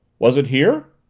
was it here?